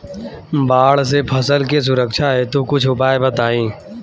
बाढ़ से फसल के सुरक्षा हेतु कुछ उपाय बताई?